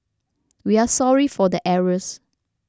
we are sorry for the errors